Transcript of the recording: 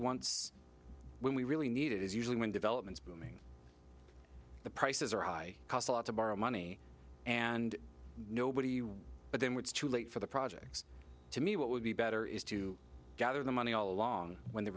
wants when we really need it is usually when developments the prices are high cost a lot to borrow money and nobody but then what's too late for the projects to me what would be better is to gather the money all along when the